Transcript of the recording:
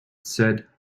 said